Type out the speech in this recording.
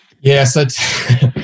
Yes